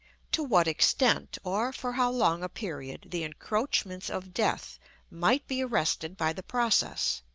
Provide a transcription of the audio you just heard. to what extent, or for how long a period, the encroachments of death might be arrested by the process.